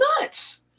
nuts